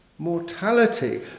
Mortality